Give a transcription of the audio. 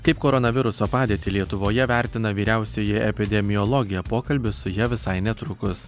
kaip koronaviruso padėtį lietuvoje vertina vyriausioji epidemiologė pokalbis su ja visai netrukus